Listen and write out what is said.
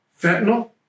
Fentanyl